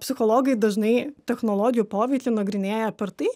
psichologai dažnai technologijų poveikį nagrinėja per tai